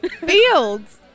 Fields